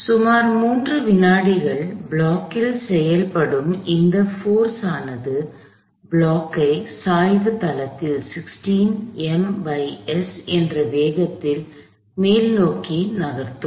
எனவே சுமார் மூன்று வினாடிகள் ப்ளாக்கில் செயல்படும் இந்த போர்ஸ் ஆனது ப்ளாக்கை சாய்வு தளத்தில் 16 ms என்ற வேகத்தில் மேல் நோக்கி நகர்த்தும்